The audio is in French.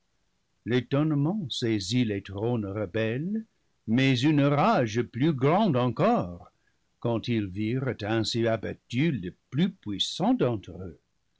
l'étonnement saisit les trônes rebelles mais une rage plus grande encore quand ils virent ainsi abattu le plus puissant d'entre eux